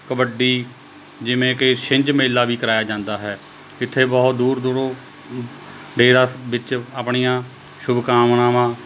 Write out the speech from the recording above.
ਕਬੱਡੀ ਜਿਵੇਂ ਕਿ ਛਿੰਝ ਮੇਲਾ ਵੀ ਕਰਾਇਆ ਜਾਂਦਾ ਹੈ ਇੱਥੇ ਬਹੁਤ ਦੂਰ ਦੂਰੋਂ ਡੇਰਾ ਸ ਵਿੱਚ ਆਪਣੀਆਂ ਸ਼ੁਭਕਾਮਨਾਵਾਂ